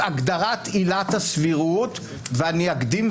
היום בית המשפט מתערב רק כאשר החלטות הרשות הן בגדר אי הסבירות הקיצונית.